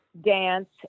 dance